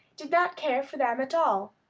did not care for them at all.